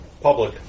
public